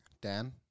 Dan